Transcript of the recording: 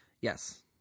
Yes